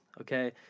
okay